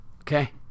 okay